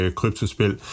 kryptospil